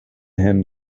him